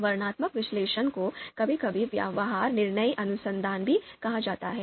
वर्णनात्मक विश्लेषण को कभी कभी व्यवहार निर्णय अनुसंधान भी कहा जाता है